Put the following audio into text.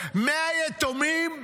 100 יתומים,